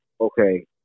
okay